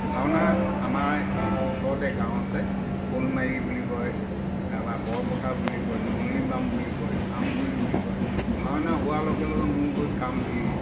ভাওনা আমাৰ ওচৰতে গাঁও আছে শ'লমাৰী বুলি কয় বা বৰপথাৰ বুলি কয় নলনীবাম বুলি কয় আমগুৰি বুলি কয় ভাওনা হোৱাৰ লগে লগে মোৰ গৈ কাম ভিৰ